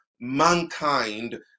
Mankind